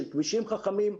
של כבישים חכמים,